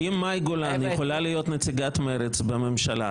אם מאי גולן יכולה להיות נציגת מרצ בממשלה,